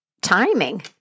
timing